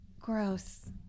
Gross